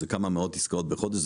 רק כמה מאות עסקאות בחודש.